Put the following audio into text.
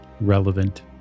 relevant